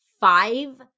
five